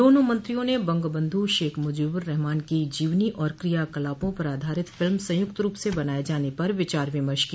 दोनों मंत्रियों ने बंगबंध् शेख मजीबुर्रहमान की जीवनी और क्रियाकलापों पर आधारित फिल्म संयुक्त रूप से बनाने पर विचार विमर्श किया